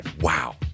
Wow